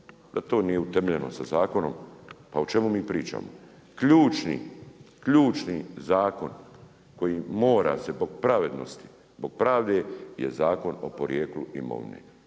da to nije utemeljeno sa zakonom, pa o čemu mi pričamo? Ključni, ključni zakon koji mora se po pravilnosti zbog pravde je Zakon o porijeklu imovine.